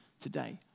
today